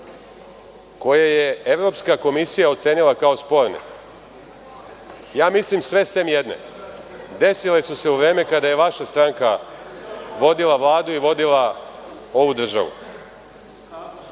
koje je Evropska komisija ocenila kao sporne, mislim, sve osim jedne, desile su se u vreme kada je vaša stranka vodila Vladu i vodila ovu državu.Za